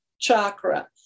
chakra